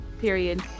period